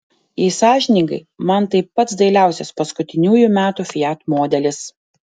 jei sąžiningai man tai pats dailiausias paskutiniųjų metų fiat modelis